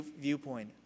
viewpoint